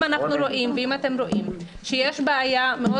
אם אנחנו ואתם רואים שיש בעיה מאוד